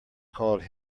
called